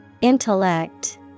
Intellect